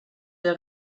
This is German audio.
der